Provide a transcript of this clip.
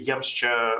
jiems čia